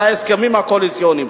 זה ההסכמים הקואליציוניים.